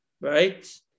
Right